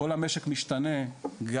כל המשק משתנה גם